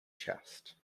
chest